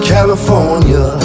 California